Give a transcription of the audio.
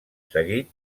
seguit